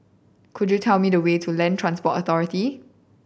could you tell me the way to Land Transport Authority